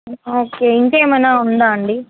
okay ఇంకా ఏమైన ఉందా అండి